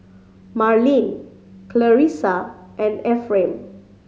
Marlene Clarisa and Ephraim